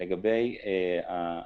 לגבי ההנחות,